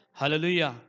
hallelujah